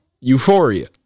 Euphoria